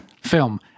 film